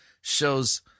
shows